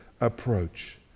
approach